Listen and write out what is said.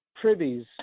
privies